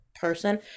person